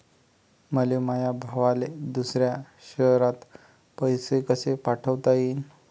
मले माया भावाले दुसऱ्या शयरात पैसे कसे पाठवता येईन?